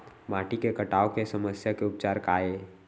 माटी के कटाव के समस्या के उपचार काय हे?